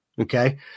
Okay